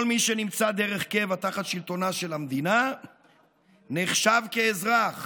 כל מי שנמצא דרך קבע תחת שלטונה של המדינה נחשב לאזרח